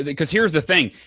because here's the thing,